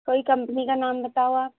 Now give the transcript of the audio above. کوئی کمپنی کا نام بتاؤ آپ